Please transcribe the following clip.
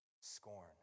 scorn